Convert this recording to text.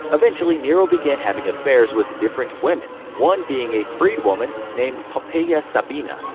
eventually nero began having affairs with different women, one being a freedwoman named poppaea sabina.